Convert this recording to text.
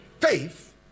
faith